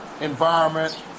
environment